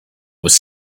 was